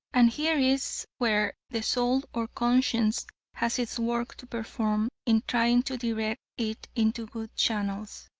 and here is where the soul or conscience has its work to perform, in trying to direct it into good channels.